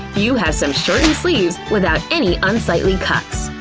you have some shortened sleeves without any unsightly cuffs!